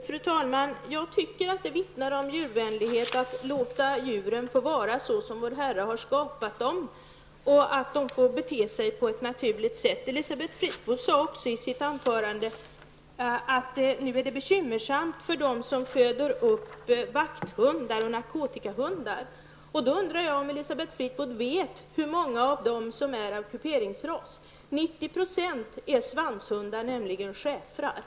Fru talman! Jag tycker att det vittnar om att man är djurvän att man vill låta djuren vara såsom vår Herre har skapat dem och man vill låta dem bete sig på ett naturligt sätt. Elisabeth Fleetwood sade också i sitt anförande att situationen nu är bekymmersam för dem som föder upp vakthundar och narkotikahundar. Jag undrar då om Elisabeth Fleetwood vet hur många av dessa hundar som är av kuperingsras. 90 % av dessa hundar är svanshundar, nämligen schäfrarna.